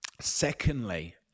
Secondly